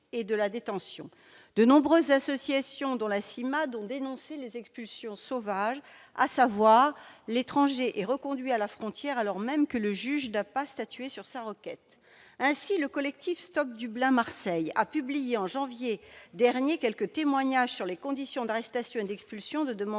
et de la détention. De nombreuses associations, dont la CIMADE, ont dénoncé des expulsions dites « sauvages » par lesquelles l'étranger est reconduit à la frontière alors même que le juge n'a pas statué sur sa requête. Ainsi, le collectif « Stop Dublin-Marseille » a publié en janvier dernier quelques témoignages sur les conditions d'arrestations et d'expulsions de demandeurs